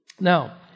Now